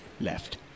Left